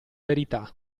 verità